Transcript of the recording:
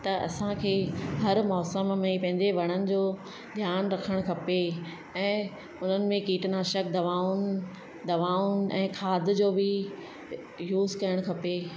त असांखे हर मौसम में पंहिंजे वणनि जो ध्यानु रखणु खपे ऐं उन्हनि में कीटनाशक दवाउनि दवाऊं ऐं खाद जो बि यूस करणु खपे